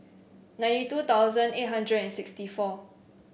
ninety two thousand eight hundred and sixty four